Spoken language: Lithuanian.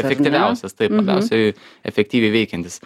efektyviausias taip labiausiai efektyviai veikiantis